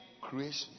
creation